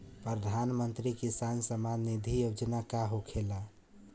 प्रधानमंत्री किसान सम्मान निधि योजना का होखेला?